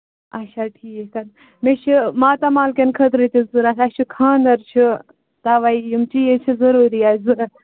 اَچھا ٹھیٖک مےٚ چھُ ماتامالکیٚن خٲطرٕ تہِ ضروٗرت اَسہِ چھُ خانٛدر چھُ تَوے یِم چیٖز چھِ ضروٗری اَسہِ ضروٗرت